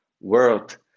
world